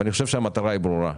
אני חושב שהמטרה ברורה.